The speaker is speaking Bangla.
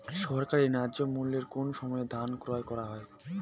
সরকারি ন্যায্য মূল্যে কোন সময় ধান ক্রয় করা হয়?